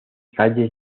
calles